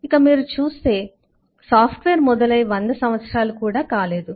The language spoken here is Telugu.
కాబట్టి మీరు చూస్తే సాఫ్ట్వేర్ మొదలై 100 సంవత్సరాలు కూడా కాలేదు